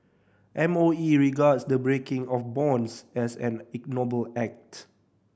M O E regards the breaking of bonds as an ignoble act